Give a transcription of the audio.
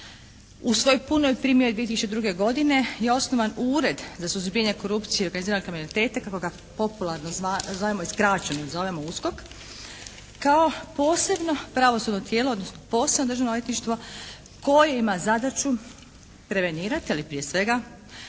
u svoj punoj primjeni 2002. godine je osnovan Ured za suzbijanje korupcije organiziranog kriminaliteta kako ga popularno i skraćeno zovemo USKOK kao posebno pravosudno tijelo odnosno posebno državno odvjetništvo koje ima zadaću prevenirati ali prije svega